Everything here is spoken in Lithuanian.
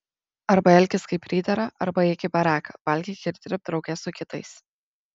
arba elkis kaip pridera arba eik į baraką valgyk ir dirbk drauge su kitais